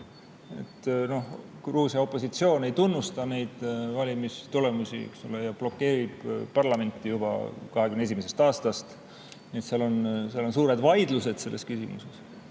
Gruusia opositsioon ei tunnusta neid valimistulemusi ja blokeerib parlamenti juba 2021. aastast. Nii et seal on suured vaidlused selles küsimuses.